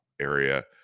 area